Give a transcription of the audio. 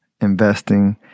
investing